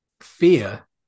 fear